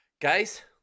guys